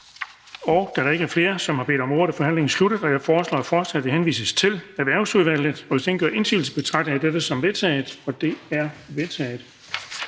Da der ikke er flere, der har bedt om ordet, er forhandlingen sluttet. Jeg foreslår, at forslaget henvises til Erhvervsudvalget. Hvis ingen gør indsigelse, betragter jeg dette som vedtaget. Det er vedtaget.